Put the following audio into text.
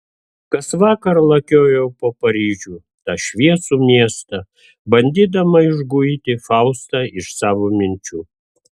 kasvakar lakiojau po paryžių tą šviesų miestą bandydama išguiti faustą iš savo minčių